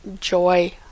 joy